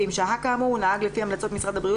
ואם שהה כאמור הוא נהג לפי המלצות משרד הבריאות